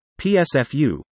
PSFU